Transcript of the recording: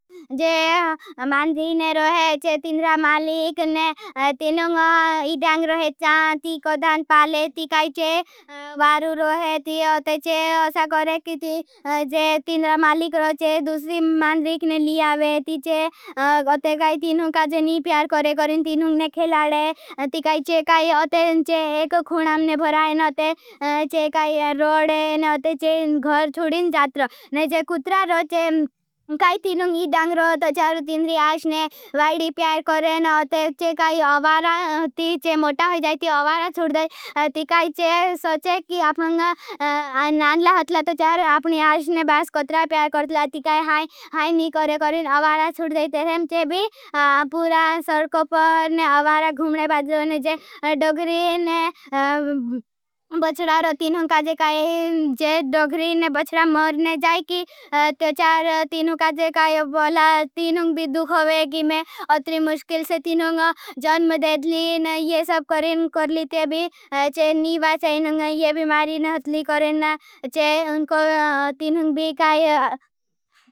मान्ड्रीक मालिक को इदेंग रहे था। ती कोड़ान पाले ती काईचे वारु रहे ती। अते चे असा करे की ती जे तींड्रा मालिक रो। चे दूसरी मान्ड्रीक ने लियावे ती चे अते काई तीनों का जे नी प्यार करे करें। तीनों ने खेलाडे ती काईचे। काई अते चे एक खुण आमने भराईन। अते चे काई रोडे ने अते चे। घर छूड़ीन जात रो ने जे कुट्रा रो चे। काई तीनों इदेंग रो तो चार तींड्री आशने वाईडी प्यार करें। ने अते चे काई अवारा थी चे मोटा हो जाए। ती अवारा छूड़े ती काई चे। सोचे की आपनों ग नानला होतला। तो चार आपने आशने बास कुट्रा प्यार करतला ती काई हाई हाई नी करें करें अवारा छूड़े ते हैं। चे भी पूरा सडको पर ने अवारा घूंडे बादलो ने जे डोगरी ने बचडा रो। तीनों का जे काई जे डोगरी ने बचडा मोरने जाई। की ते चार तीनों का जे काई बोला तीनों भी दूख होगी में अत्री मुश्किल से तीनों जन्म देधलीन। ये सब करें करली ते भी चे नीवा चे नों ये बिमारीन हतली करें चे तीनों भी काई।